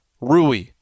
Rui